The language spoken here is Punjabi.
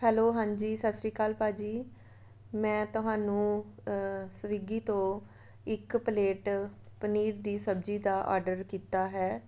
ਹੈਲੋ ਹਾਂਜੀ ਸਤਿ ਸ਼੍ਰੀ ਅਕਾਲ ਭਾਅ ਜੀ ਮੈਂ ਤੁਹਾਨੂੰ ਸਵੀਗੀ ਤੋਂ ਇੱਕ ਪਲੇਟ ਪਨੀਰ ਦੀ ਸਬਜ਼ੀ ਦਾ ਆਡਰ ਕੀਤਾ ਹੈ